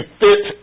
fit